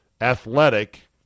athletic